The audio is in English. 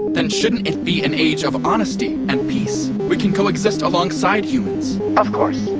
then shouldn't it be an age of honesty and peace? we can coexist alongside humans of course.